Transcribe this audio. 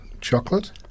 chocolate